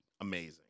Amazing